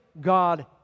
God